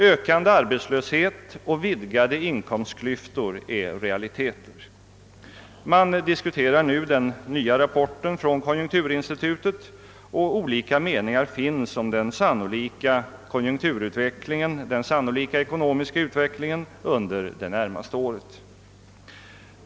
Ökande arbetslöshet och vidgade inkomstklyftor är realiteter. Man diskuterar nu den nya rapporten från konjunkturinstitutet och olika meningar finns om den sannolika konjunkturutvecklingen, och den ekonomiska utvecklingen, under det närmaste året.